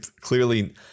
clearly